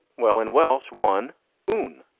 well, in welsh one june.